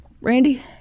Randy